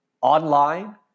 online